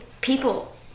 people